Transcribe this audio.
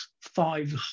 five